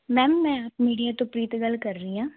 ma'am ਮੈਂ media ਤੋਂ ਪ੍ਰੀਤ ਗੱਲ ਕਰ ਰਹੀ ਆਂ